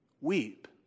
weep